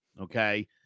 Okay